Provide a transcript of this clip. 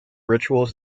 rituals